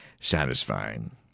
satisfying